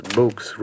books